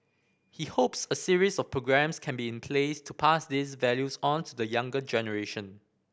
he hopes a series of programmes can be in place to pass these values on to the younger generation